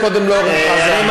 יום הזיכרון, אז מה?